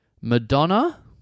Madonna